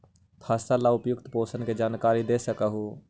फसल ला उपयुक्त पोषण के जानकारी दे सक हु?